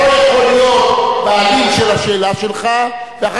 אתה לא יכול להיות בעלים של השאלה שלך ואחר